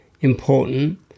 important